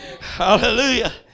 Hallelujah